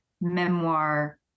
memoir